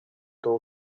two